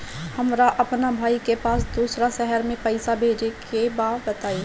हमरा अपना भाई के पास दोसरा शहर में पइसा भेजे के बा बताई?